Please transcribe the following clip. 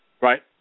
Right